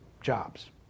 jobs